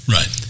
Right